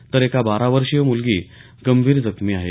तर एक बारा वर्षीय मुलगी गंभीर जखमी आहे